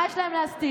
מה יש להם להסתיר?